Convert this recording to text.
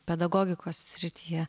pedagogikos srityje